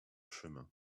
chemin